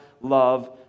love